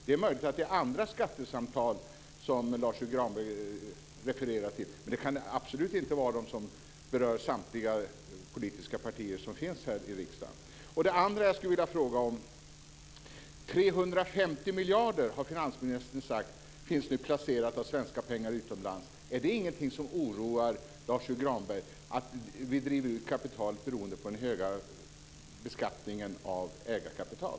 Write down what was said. Det är möjligt att det är andra skattesamtal som Lars U Granberg refererar till, men det kan absolut inte vara de som berör samtliga politiska partier som finns i riksdagen. Jag skulle vilja fråga om en annan sak. Finansministern har sagt att 350 miljarder av svenska pengar nu finns placerade utomlands. Är inte det något som oroar Lars U Granberg att vi driver ut kapitalet beroende på den höga beskattningen av ägarkapital?